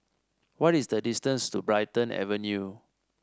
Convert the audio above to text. what is the distance to Brighton Avenue